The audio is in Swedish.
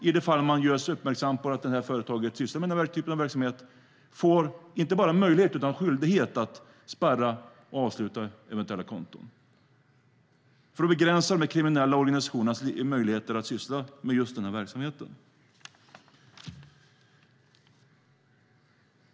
I de fall man görs uppmärksam på att det där företaget sysslar med den här typen av verksamhet får de inte bara en möjlighet utan en skyldighet att spärra och avsluta eventuella konton för att begränsa de här kriminella organisationernas möjligheter att syssla med just den här verksamheten.